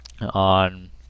on